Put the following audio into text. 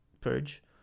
purge